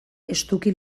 estuki